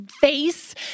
face